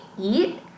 eat